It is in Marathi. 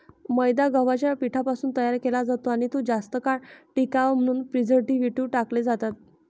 मैदा गव्हाच्या पिठापासून तयार केला जातो आणि तो जास्त काळ टिकावा म्हणून प्रिझर्व्हेटिव्ह टाकले जातात